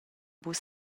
buca